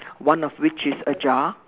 one of which is ajar